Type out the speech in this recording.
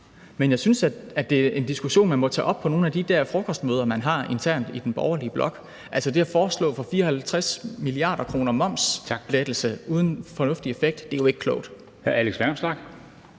men jeg synes, at det er en diskussion, man må tage op på nogle af de der frokostmøder, man har internt i den borgerlige blok. Altså, det at foreslå for 54 mia. kr. momslettelser uden fornuftig effekt er jo ikke klogt.